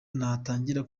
natangiye